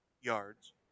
yards